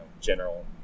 general